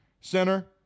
Center